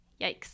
Yikes